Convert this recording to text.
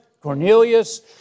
Cornelius